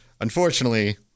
Unfortunately